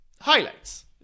highlights